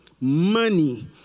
money